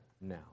now